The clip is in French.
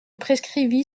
prescrivit